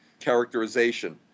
characterization